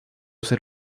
ser